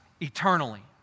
eternally